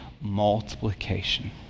multiplication